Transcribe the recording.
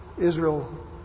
Israel